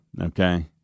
okay